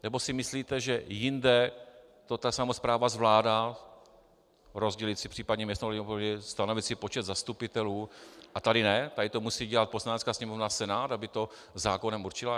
Nebo si myslíte, že jinde to ta samospráva zvládá, rozdělit si případně město na obvody, stanovit si počet zastupitelů, a tady ne, tady to musí dělat Poslanecká sněmovna a Senát, aby to zákonem určily?